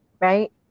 right